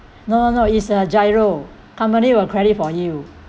no no no is a GIRO company will credit for you